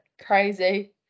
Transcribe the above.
crazy